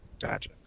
Gotcha